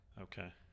Okay